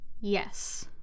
Yes